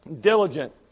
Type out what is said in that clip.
diligent